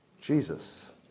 Jesus